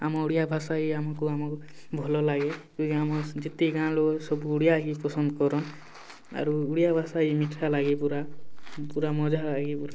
ଆମ ଓଡ଼ିଆ ଭାଷା ହିଁ ଆମକୁ ଆମ ଭଲ ଲାଗେ କାହିଁକି ଆମର ଯେତିକି ଗାଆଁ ଲୋକ ସବୁ ଓଡ଼ିଆ ହିଁ ପସନ୍ଦ କରନ୍ ଆରୁ ଓଡ଼ିଆ ଭାଷା ହିଁ ମିଠା ଲାଗେ ପୁରା ପୁରା ମଜା ଲାଗେ